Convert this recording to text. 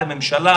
לממשלה,